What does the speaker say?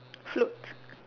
float